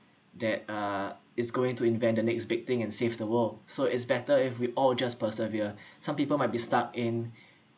that uh is going to invent the next big thing and save the world so it's better if we all just persevere some people might be stuck in